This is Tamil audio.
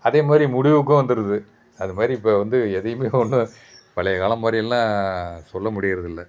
அதேமாதிரி முடிவுக்கும் வந்துடுது அதுமாதிரி இப்போ வந்து எதையுமே ஒன்றும் பழைய காலம் மாதிரி எல்லாம் சொல்ல முடிகிறது இல்லை